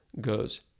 goes